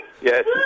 Yes